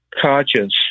conscious